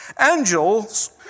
Angels